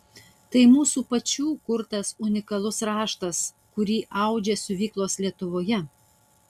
tai mūsų pačių kurtas unikalus raštas kurį audžia siuvyklos lietuvoje